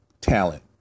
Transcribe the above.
talent